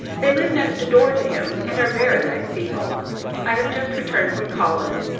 they live next door to him and are very nice people i have just returned from calling.